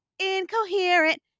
incoherent